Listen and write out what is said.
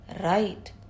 right